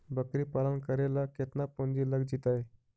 बकरी पालन करे ल केतना पुंजी लग जितै?